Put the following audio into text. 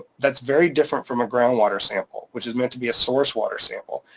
that's very different from a groundwater sample which is meant to be a source water sample.